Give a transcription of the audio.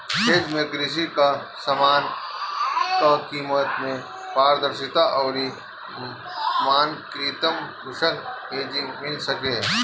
hedge में कृषि कअ समान कअ कीमत में पारदर्शिता अउरी मानकीकृत कुशल हेजिंग मिल सके